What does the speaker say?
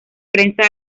prensa